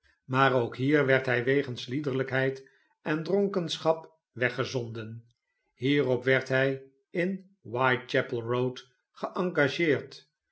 maar ook hier werd hij wegens liederlijkheid en dronkenschap weggezonden hierop werd hij in whitechapel road